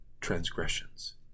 transgressions